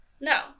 no